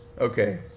Okay